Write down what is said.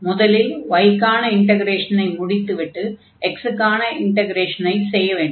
முதலில் y க்கான இன்டக்ரேஷனை முடித்துவிட்டு x க்கான இன்டக்ரேஷனை செய்ய வேண்டும்